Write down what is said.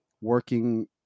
working